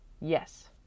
Yes